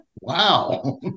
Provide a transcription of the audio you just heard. wow